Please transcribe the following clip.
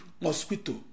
mosquito